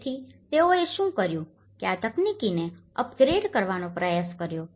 તેથી તેઓએ શું કર્યું કે આ તકનીકીને અપગ્રેડ કરવાનો પ્રયાસ કર્યો